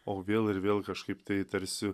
o vėl ir vėl kažkaip tai tarsi